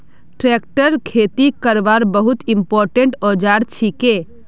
tractor खेती करवार बहुत इंपोर्टेंट औजार छिके